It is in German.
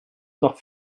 noch